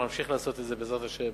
אנחנו נמשיך לעשות את זה, בעזרת השם.